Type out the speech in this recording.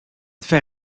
fait